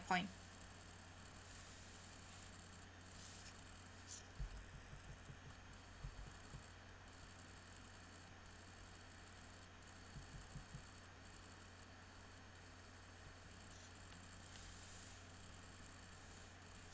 point